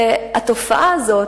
התופעה הזאת,